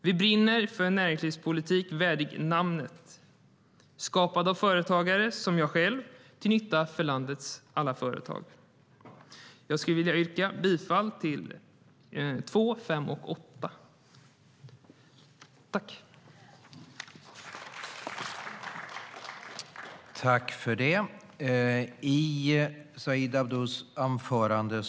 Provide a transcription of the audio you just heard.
Vi brinner för en näringslivspolitik värdig namnet, skapad av företagare som jag själv och till nytta för landets alla företag.